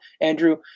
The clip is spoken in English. Andrew